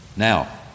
Now